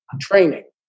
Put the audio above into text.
training